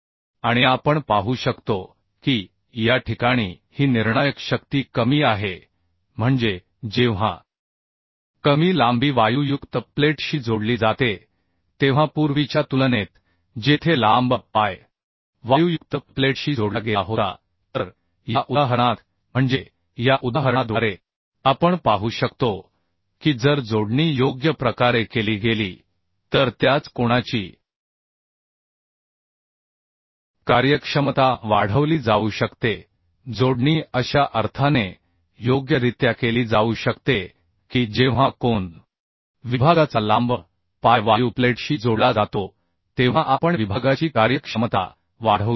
आणि आपण पाहू शकतो की या ठिकाणी ही निर्णायक शक्ती कमी आहे म्हणजे जेव्हा कमी लांबी वायूयुक्त प्लेटशी जोडली जाते तेव्हा पूर्वीच्या तुलनेत जेथे लांब पाय वायूयुक्त प्लेटशी जोडला गेला होता तर या उदाहरणात म्हणजे या उदाहरणाद्वारे आपण पाहू शकतो की जर जोडणी योग्य प्रकारे केली गेली तर त्याच कोणाची कार्यक्षमता वाढवली जाऊ शकते जोडणी अशा अर्थाने योग्यरित्या केली जाऊ शकते की जेव्हा कोनविभागाचा लांब पाय वायू प्लेटशी जोडला जातो तेव्हा आपण विभागाची कार्यक्षमता वाढवू शकतो